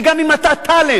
וגם אם אתה טאלנט,